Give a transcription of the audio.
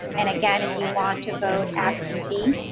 and again, if you want to vote absentee,